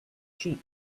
sheep